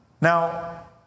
Now